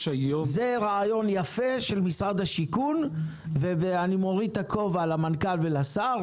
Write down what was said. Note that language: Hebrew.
זה רעיון יפה של משרד השיכון ואני מוריד את הכובע בפני המנכ"ל והשר,